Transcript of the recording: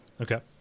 Okay